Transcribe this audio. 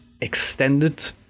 extended